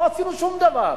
לא עשינו שום דבר.